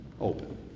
open